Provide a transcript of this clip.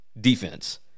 defense